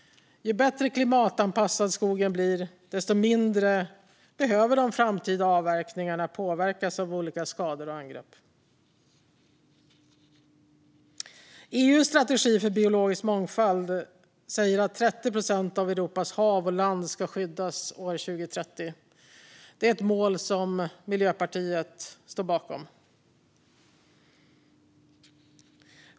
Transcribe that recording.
Ju bättre klimatanpassad skogen blir, desto mindre behöver de framtida avverkningarna påverkas av olika skador och angrepp. Enligt EU:s strategi för biologisk mångfald ska 30 procent av Europas hav och land skyddas till år 2030. Det är ett mål som Miljöpartiet står bakom.